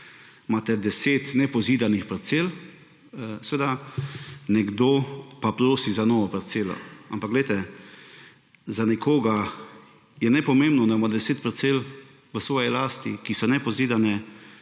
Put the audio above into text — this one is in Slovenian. imate 10 nepozidanih parcel, nekdo pa prosi za novo parcelo. Ampak glejte, za nekoga je nepomembno, da ima 10 parcel v svoji lasti, ki so nepozidane.